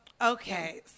Okay